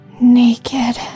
Naked